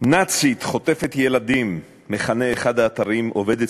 "נאצית חוטפת ילדים" מכנה אחד האתרים עובדת